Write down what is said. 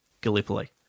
Gallipoli